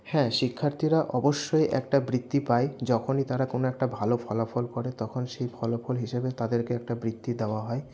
হ্যাঁ শিক্ষার্থীরা অবশ্যই একটা বৃত্তি পায় যখনই তারা কোনো একটা ভালো ফলাফল করে তখনই সেই ফলাফল হিসাবে তাদেরকে একটা বৃত্তি দেওয়া হয়